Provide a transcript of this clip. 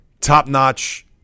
top-notch